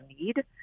need